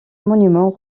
monument